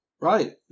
Right